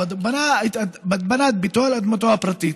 הוא בנה את ביתו על אדמתו הפרטית.